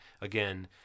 again